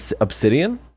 Obsidian